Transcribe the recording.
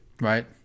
Right